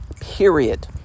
Period